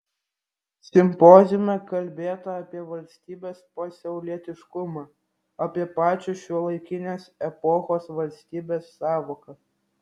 simpoziume kalbėta apie valstybės pasaulietiškumą apie pačią šiuolaikinės epochos valstybės sąvoką